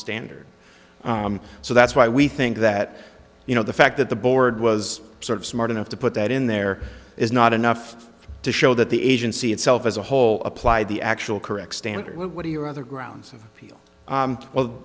standard so that's why we think that you know the fact that the board was sort of smart enough to put that in there is not enough to show that the agency itself as a whole applied the actual correct standard what are your other grounds well